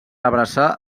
abraçar